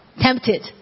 Tempted